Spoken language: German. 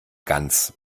ganz